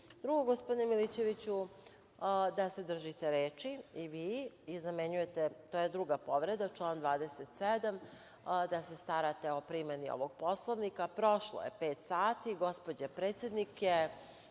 tu. Drugo, gospodine Milićeviću da se držite reči i vi, to je druga povreda član 27. da se starate o primeni ovog Poslovnika, prošlo je pet sati, gospođa predsednik je